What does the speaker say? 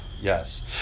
Yes